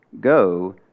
go